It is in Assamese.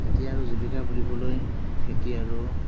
এতিয়া আৰু জীৱিকা বুলিবলৈ খেতি আৰু